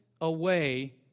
away